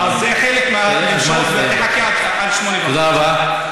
זה חלק מהדרישות, ותחכה עד 20:30. תודה רבה.